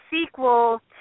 sequel